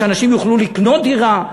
שאנשים יוכלו לקנות דירה,